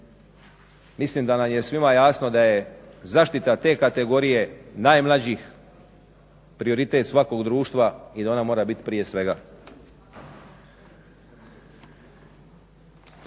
Mislim da nam je svima jasno da je zaštita te kategorije najmlađih prioritet svakog društva i da ona mora biti prije svega.